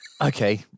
Okay